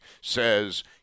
says